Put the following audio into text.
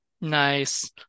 Nice